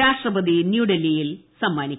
രാഷ്ട്രപതി ന്യൂഡൽഹിയിൽ വിതരണം ചെയ്യും